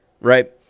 right